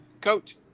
coach